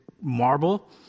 marble